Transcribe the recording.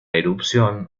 erupción